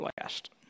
last